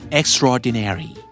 extraordinary